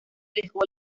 dejó